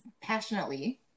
passionately